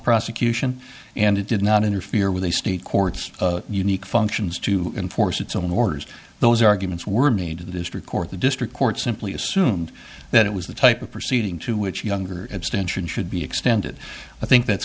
prosecution and it did not interfere with a state courts unique functions to enforce its own orders those arguments were made to the district court the district court simply assumed that it was the type of proceeding to which younger abstention should be extended i think that's